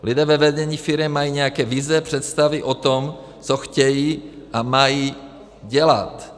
Lidé ve vedení firem mají nějaké vize, představy o tom, co chtějí a mají dělat.